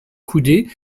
coudées